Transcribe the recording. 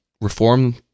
reform